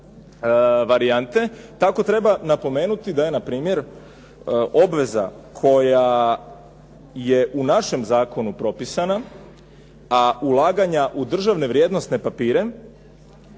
tako treba napomenuti da je npr. obveza koja je u našem zakonu propisana, a ulaganja u državne vrijednosne papire